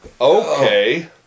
Okay